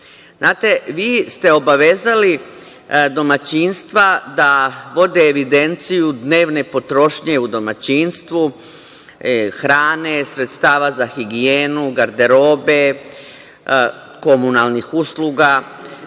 Vi ste obavezali domaćinstva da vode evidenciju dnevne potrošnje u domaćinstvu, hrane, sredstava za higijenu, garderobe, komunalnih usluga.